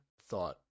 thought